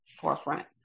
forefront